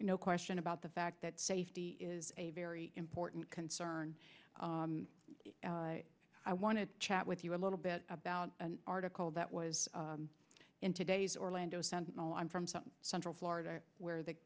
no question about the fact that safety is a very important concern i want to chat with you a little bit about an article that was in today's orlando sentinel i'm from some central florida where the